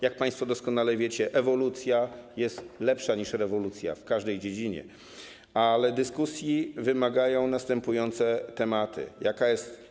Jak państwo doskonale wiecie, ewolucja jest lepsza niż rewolucja w każdej dziedzinie, ale dyskusji wymagają następujące kwestie: